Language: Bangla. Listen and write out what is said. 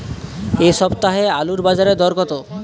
এ সপ্তাহে আলুর বাজারে দর কত?